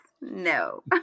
No